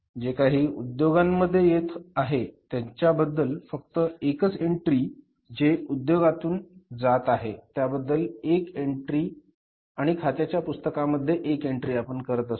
जे काही उद्योगांमध्ये येत आहे त्यांच्याबद्दल फक्त एकच एन्ट्री जे उद्योगातून जात आहे त्याबद्दल एक एन्ट्री आणि खात्यांच्या पुस्तकामध्ये एक एन्ट्री आपण करत असतो